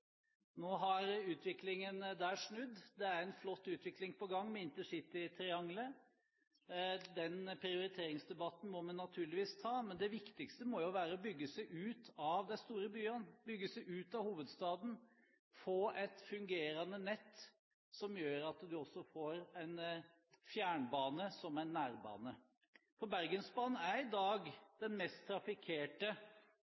Nå har utviklingen der snudd. Det er en flott utvikling på gang, med intercitytriangelet. Den prioriteringsdebatten må vi naturligvis ta, men det viktigste må være å bygge seg ut av de store byene, bygge seg ut av hovedstaden og få et fungerende nett som gjør at du også får en fjernbane som er nærbane. Bergensbanen er i